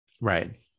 Right